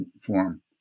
form